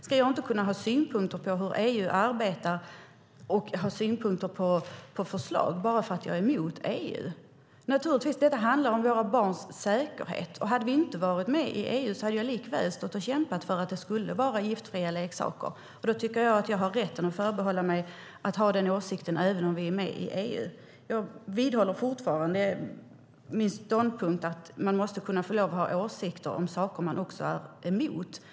Ska jag inte kunna ha synpunkter på hur EU arbetar och ha synpunkter på förslag bara därför att jag är emot EU? Det handlar om våra barns säkerhet. Hade vi inte varit med i EU hade jag likväl stått och kämpat för att det skulle vara giftfria leksaker. Då tycker jag att jag har rätt och kan förbehålla mig att ha den åsikten även om vi är med i EU. Jag vidhåller fortfarande min ståndpunkt att man måste få lov att ha åsikter om sådant som man är emot.